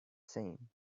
same